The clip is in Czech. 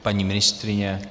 Paní ministryně?